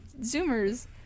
Zoomers